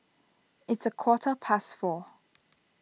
its a quarter past four